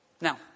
Now